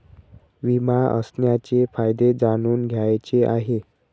विमा असण्याचे फायदे जाणून घ्यायचे आहे